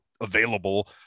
available